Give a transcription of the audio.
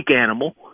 animal